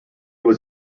was